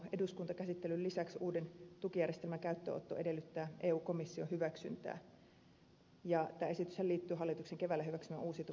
eduskuntakäsittelyn lisäksi uuden tukijärjestelmän käyttöönotto edellyttää eu komission hyväksyntää ja tämä esityshän liittyy hallituksen keväällä hyväksymään uusiutuvan energian velvoitepakettiin